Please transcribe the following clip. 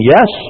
Yes